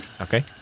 Okay